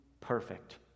perfect